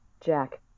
Jack